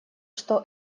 что